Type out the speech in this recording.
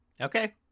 Okay